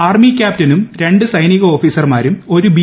army ക്യാപ്റ്റനും രണ്ട് സൈനിക ഓഫീസർമാരും ഒരു ബി